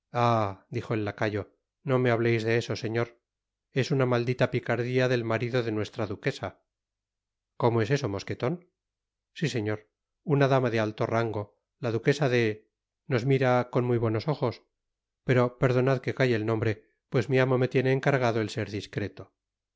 dijo el lacayo no me hableis de eso señor es una maldita picardia del marido de nuestra duquesa como es eso mosqueton si señor una dama de alto rango la duquesa de nos mira con muy buenos ojos pero perdonad que calle el nombre pues mi amo me tiene eneargado el ser discreto